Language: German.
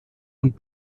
und